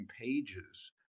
pages